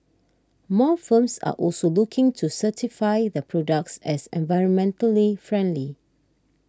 more firms are also looking to certify their products as environmentally friendly